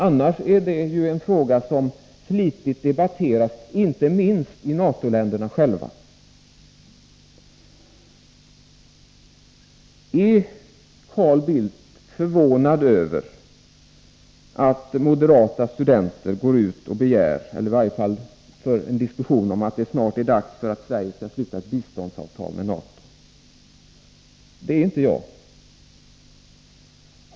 Annars är detta ju en fråga som flitigt debatteras, inte minst i NATO-länderna själva. Är Carl Bildt förvånad över att moderata studenter går ut och säger att det snart är dags för Sverige att sluta ett biståndsavtal med NATO? Det är inte jag.